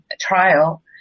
trial